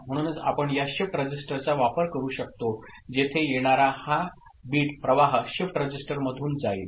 म्हणूनच आपण या शिफ्ट रजिस्टरचा वापर करू शकतो जेथे येणारा हा बिट प्रवाह शिफ्ट रजिस्टरमधून जाईल